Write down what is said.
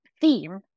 theme